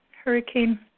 Hurricane